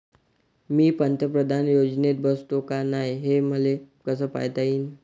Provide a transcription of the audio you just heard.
मी पंतप्रधान योजनेत बसतो का नाय, हे मले कस पायता येईन?